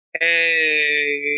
Hey